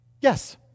Yes